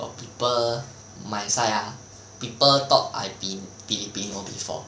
got people my side ah people thought I fi~ filipino before